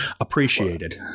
appreciated